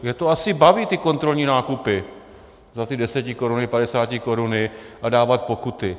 Je to asi baví, ty kontrolní nákupy za desetikoruny, padesátikoruny a dávat pokuty.